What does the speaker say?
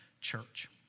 church